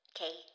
Okay